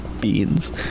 Beans